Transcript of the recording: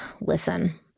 listen